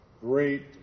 great